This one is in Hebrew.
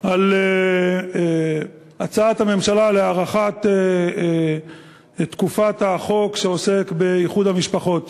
על הצעת הממשלה להארכת תקופת החוק שעוסק באיחוד המשפחות.